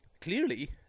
clearly